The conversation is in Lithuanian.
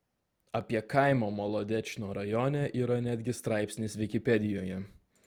apie kaimą molodečno rajone yra netgi straipsnis vikipedijoje